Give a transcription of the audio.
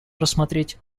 рассмотреть